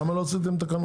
למה לא עשיתם תקנות?